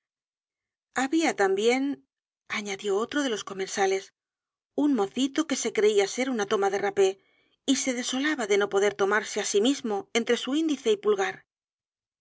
había también añadió otro de los comensales u n mocito que se creía ser una toma de rapé y se desolaba de no poder tomarse á sí mismo entre su índice y pulgar